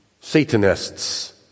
Satanists